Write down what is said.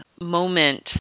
moment